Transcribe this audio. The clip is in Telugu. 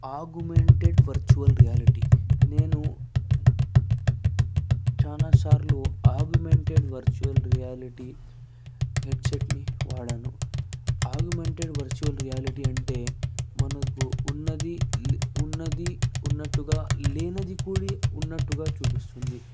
ఆగ్మెంటెడ్ వర్చువల్ రియాలిటీ నేను చాలాసార్లు ఆగ్మెంటెడ్ వర్చువల్ రియాలిటీ హెడ్సెట్ని వాడాను ఆగ్మెంటెడ్ వర్చువల్ రియాలిటీ అంటే మనకు ఉన్నది ఉన్నది ఉన్నట్టుగా లేనది కూడా ఉన్నట్టుగా చూపిస్తుంది